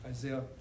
Isaiah